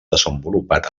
desenvolupat